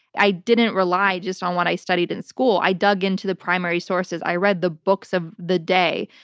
i didn't rely just on what i studied in school. i dug into the primary sources. i read the books of the day.